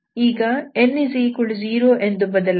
ಈಗ n0 ಎಂದು ಬದಲಾಯಿಸಿ